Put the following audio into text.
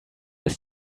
ist